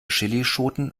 chillischoten